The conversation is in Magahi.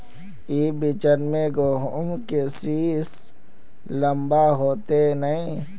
ई बिचन में गहुम के सीस लम्बा होते नय?